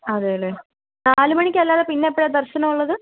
അതെ അല്ലേ നാല് മണിക്കല്ലാതെ പിന്നെ എപ്പോഴാണ് ദർശനം ഉള്ളത്